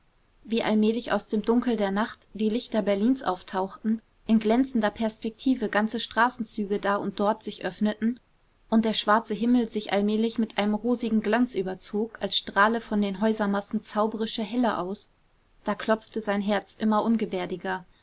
wie allmählich aus dem dunkel der nacht die lichter berlins auftauchten in glänzender perspektive ganze straßenzüge da und dort sich öffneten und der schwarze himmel sich allmählich mit einem rosigen glanz überzog als strahle von den häusermassen zaubrische helle aus da klopfte sein herz immer